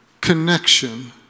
connection